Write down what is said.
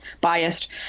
biased